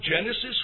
Genesis